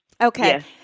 Okay